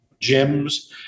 gyms